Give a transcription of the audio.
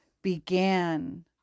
began